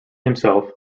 himself